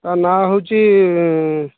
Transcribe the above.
ତା ନା ହେଉଛି